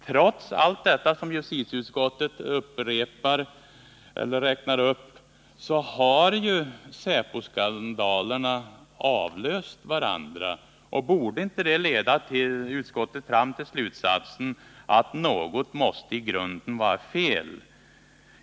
Trots allt det som justitieutskottet räknar upp har ju säposkandalerna avlöst varandra. Borde inte det leda utskottet fram till slutsatsen att något måste i grunden vara fel?